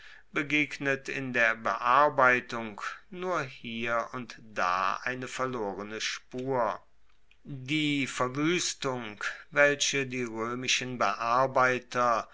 begegnet in der bearbeitung nur hier und da eine verlorene spur die